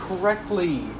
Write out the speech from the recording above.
correctly